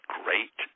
great